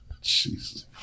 Jesus